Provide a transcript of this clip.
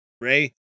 Ray